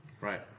Right